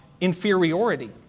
inferiority